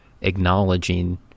acknowledging